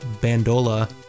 Bandola